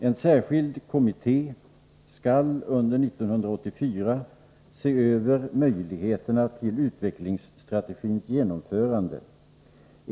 En särskild kommitté skall under 1984 se över möjligheterna till utvecklingsstrategins genomförande.